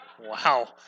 Wow